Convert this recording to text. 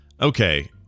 okay